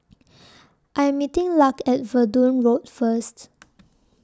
I Am meeting Lark At Verdun Road First